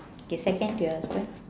okay second to your husband